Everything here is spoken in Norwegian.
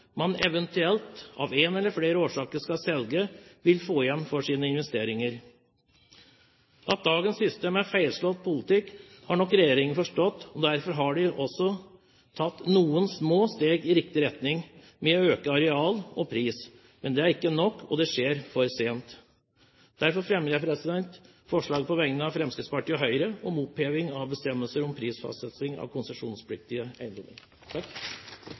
man eventuelt, av en eller flere årsaker, skal selge, vil man få igjen for sine investeringer. At dagens system er feilslått politikk, har nok regjeringen forstått. Derfor har de også tatt noen små steg i riktig retning ved å øke areal og pris. Men det er ikke nok, og det skjer for sent. Derfor fremmer jeg forslaget på vegne av Fremskrittspartiet og Høyre om oppheving av bestemmelser om prisfastsetting for konsesjonspliktige eiendommer.